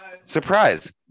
Surprise